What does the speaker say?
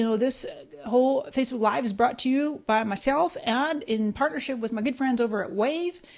so this whole facebook live is brought to you by myself and in partnership with my good friends over at wave.